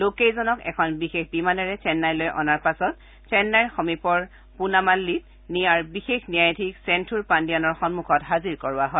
লোককেইজনক এখন বিশেষ বিমানেৰে চেন্নাইলৈ অনাৰ পাছত চেন্নাইৰ সমীপৰ পুনামাল্লিত নিয়াৰ বিশেষ ন্যায়াধীশ চেন্থৰ পাণ্ডিয়ানৰ সন্মুখত হাজিৰ কৰোৱা হয়